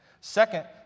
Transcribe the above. Second